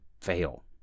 fail